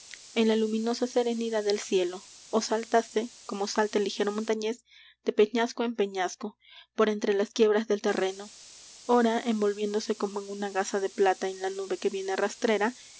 en la luminosa serenidad del cielo ó saltase como salta el ligero montañés de peñasco en peñasco por entre las quiebras del terreno ora envolviéndose como en una gasa de plata en la nube que viene rastrera